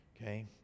Okay